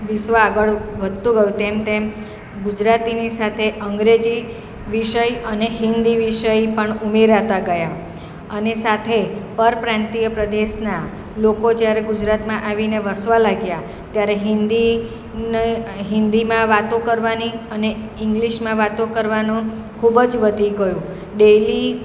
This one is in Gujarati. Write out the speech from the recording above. વિશ્વ આગળ વધતું ગયું તેમ તેમ ગુજરાતીની સાથે અંગ્રેજી વિષય અને હિન્દી વિષય પણ ઉમેરાતા ગયા અને સાથે પરપ્રાંતિય પ્રદેશનાં લોકો જ્યારે ગુજરાતમાં આવીને વસવા લાગ્યાં ત્યારે હિન્દી ને હિન્દીમાં વાતો કરવાની અને ઇંગ્લિશમાં વાતો કરવાનું ખૂબ જ વધી ગયું ડેલી